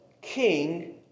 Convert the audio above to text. king